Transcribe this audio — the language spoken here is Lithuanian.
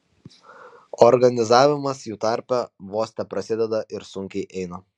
organizavimasis jų tarpe vos teprasideda ir sunkiai eina